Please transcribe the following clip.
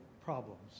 problems